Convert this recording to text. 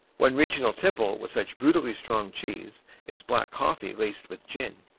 one regional tipple with such brutally strong cheese is black coffee laced with gin.